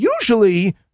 usually